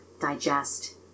digest